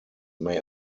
may